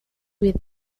with